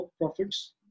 Profits